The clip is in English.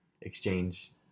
exchange